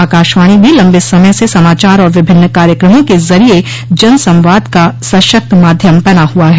आकाशवाणी भी लंबे समय से समाचार और विभिन्नि कार्यक्रमों के जरिये जन संवाद का सशक्त माध्यम बना हुआ है